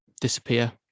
disappear